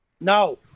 No